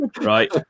right